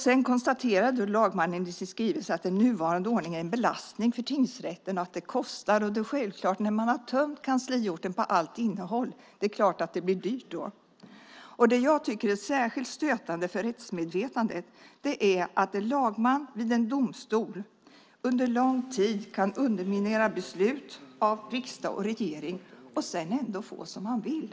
Sedan konstaterar lagmannen i sin skrivelse att den nuvarande ordningen är en belastning för tingsrätten och att det kostar. Det är klart att det blir dyrt när man tömt kansliorten på allt innehåll. Det jag tycker är särskilt stötande för rättsmedvetandet är att en lagman vid en domstol under lång tid kan underminera beslut av riksdag och regering och sedan ändå få som han vill.